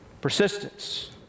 persistence